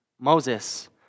Moses